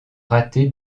raté